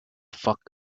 fuck